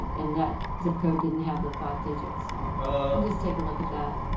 and that zip code didn't have the five digits. so just take a look at that.